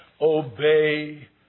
obey